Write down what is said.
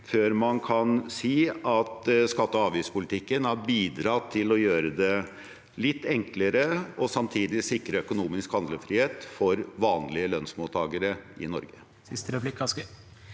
før man kan si at skatte- og avgiftspolitikken har bidratt til å gjøre det litt enklere og samtidig sikret økonomisk handlefrihet for vanlige lønnsmottakere i Norge.